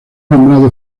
nombrado